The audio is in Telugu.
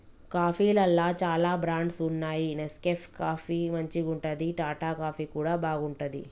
కాఫీలల్ల చాల బ్రాండ్స్ వున్నాయి నెస్కేఫ్ కాఫీ మంచిగుంటది, టాటా కాఫీ కూడా బాగుంటది